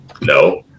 No